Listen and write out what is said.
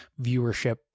viewership